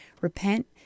repent